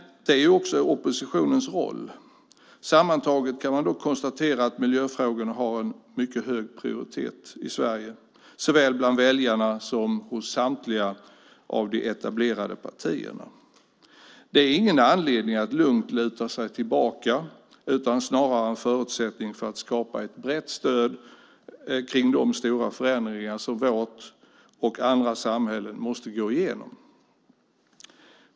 Det är oppositionens roll. Sammantaget kan man dock konstatera att miljöfrågorna har en mycket hög prioritet i Sverige, såväl bland väljarna som hos samtliga av de etablerade partierna. Det är ingen anledning att lugnt luta sig tillbaka utan snarare en förutsättning för att skapa ett brett stöd kring de stora förändringar som vårt och andra samhällen måste gå igenom.